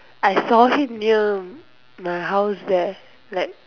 I saw him near my house there like